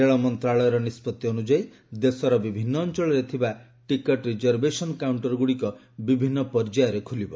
ରେଳ ମନ୍ତ୍ରଣାଳୟର ନିଷ୍ପଭି ଅନୁଯାୟୀ ଦେଶର ବିଭିନ୍ନ ଅଞ୍ଚଳରେ ଥିବା ଟିକଟ ରିଜର୍ଭଭେସନ୍ କାଉଣ୍ଟରଗୁଡ଼ିକ ବିଭିନ୍ନ ପର୍ଯ୍ୟାୟରେ ଖୋଲିବ